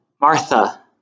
Martha